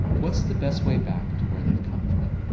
what's the best way back to where they've come from?